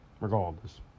regardless